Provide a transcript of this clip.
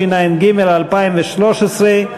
התשע"ג 2013,